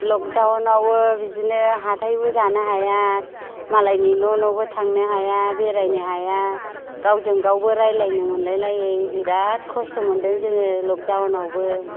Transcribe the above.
लक डाउनावबो बिदिनो हाथायबो जानो हाया मालायनि न' न'बो थांनो हाया बेरायनो हाया गावजों गावबो रायलायनो मोनलाय लायै बिराद खस्थ' मोनदों जोङो लक डाउनावबो